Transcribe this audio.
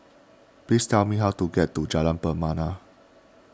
please tell me how to get to Jalan Pernama